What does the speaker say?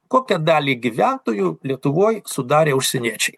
kokią dalį gyventojų lietuvoj sudarė užsieniečiai